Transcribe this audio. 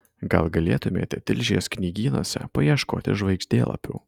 gal galėtumėte tilžės knygynuose paieškoti žvaigždėlapių